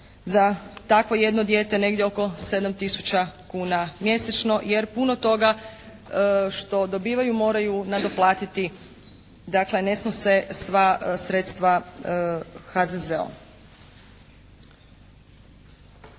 za takvo jedno dijete negdje oko 7 tisuća kuna mjesečno jer puno toga što dobivaju moraju nadoplatiti. Dakle ne snose sva sredstva HZZO.